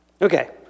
Okay